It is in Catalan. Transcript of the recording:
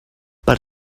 per